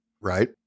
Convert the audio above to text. right